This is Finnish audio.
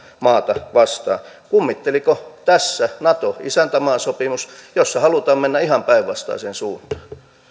maata vastaan kummitteliko tässä nato isäntämaasopimus jossa halutaan mennä ihan päinvastaiseen suuntaan